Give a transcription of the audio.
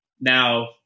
Now